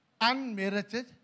unmerited